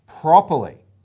properly